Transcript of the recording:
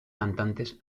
cantantes